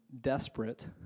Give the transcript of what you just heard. desperate